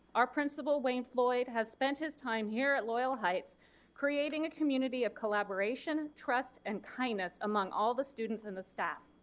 our principal wayne floyd has spent his time here at loyal heights creating a community of collaboration, trust and kindness among all the students and the staff.